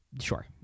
Sure